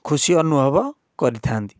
ଖୁସି ଅନୁଭବ କରିଥାନ୍ତି